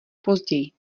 později